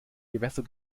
gewässer